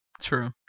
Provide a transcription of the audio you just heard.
True